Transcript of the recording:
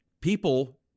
People